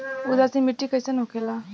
उदासीन मिट्टी कईसन होखेला?